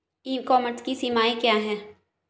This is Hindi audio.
ई कॉमर्स की सीमाएं क्या हैं?